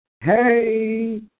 Hey